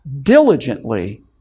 diligently